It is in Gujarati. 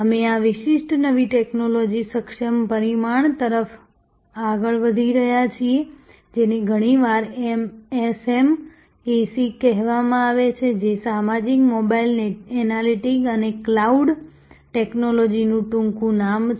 અમે આ વિશિષ્ટ નવી ટેક્નોલોજી સક્ષમ પરિમાણ તરફ આગળ વધી રહ્યા છીએ જેને ઘણીવાર SMAC કહેવામાં આવે છે તે સામાજિક મોબાઇલ એનાલિટિક્સ અને ક્લાઉડ ટેક્નોલોજીઓનું ટૂંકું નામ છે